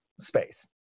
space